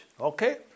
Okay